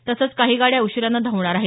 तसंच काही गाड्या उशीरानं धावणार आहेत